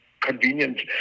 convenient